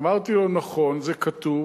אמרתי לו: נכון, זה כתוב,